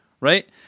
right